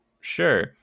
sure